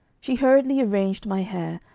she hurriedly arranged my hair,